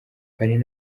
parrain